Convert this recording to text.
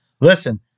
listen